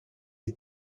est